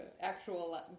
actual